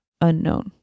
unknown